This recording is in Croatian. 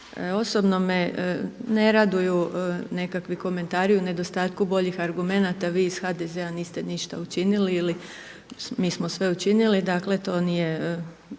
Osobno me ne raduju nekakvi komentari u nedostatku boljih argumenata, vi iz HDZ-a niste ništa učinili ili mi smo sve učinili, dakle to nije